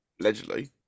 Allegedly